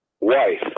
wife